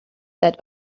that